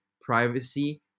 privacy